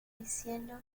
diciendo